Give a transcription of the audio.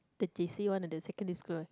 the J_C one or the secondary school one